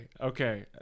okay